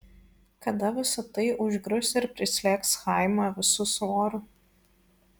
kada visa tai užgrius ir prislėgs chaimą visu svoriu